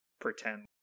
pretend